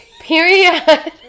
Period